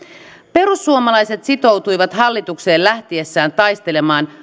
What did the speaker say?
perussuomalaiset sitoutuivat hallitukseen lähtiessään taistelemaan